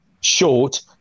short